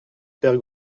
père